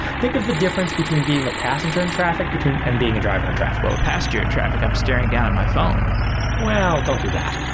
think of the difference between being a passenger in traffic between and being a driver in traffic well, passenger in traffic i'm staring down at my phone well, don't do that.